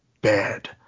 bad